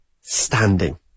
standing